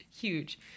huge